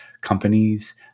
companies